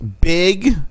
Big